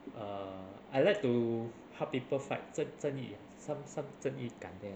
err I like to help people fight 真真义 ah some some 真义感 there